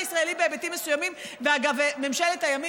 לא פשוט לדבר,